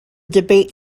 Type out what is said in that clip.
debate